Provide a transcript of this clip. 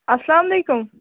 اَسلام وعلیکُم